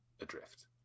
adrift